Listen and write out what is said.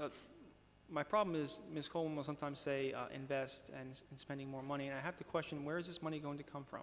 but my problem is sometimes say invest and spending more money and i have to question where is this money going to come from